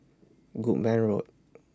Goodman Road